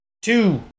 Two